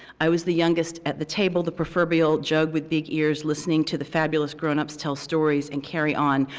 i was the youngest at the table, the proverbial jug with big ears, listening to the fabulous grownups tell stories and carry on,